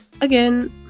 again